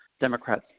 Democrats